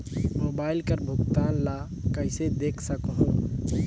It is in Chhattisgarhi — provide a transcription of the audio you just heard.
मोबाइल कर भुगतान ला कइसे देख सकहुं?